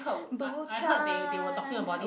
Bhutan